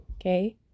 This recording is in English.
okay